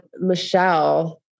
Michelle